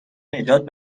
نجات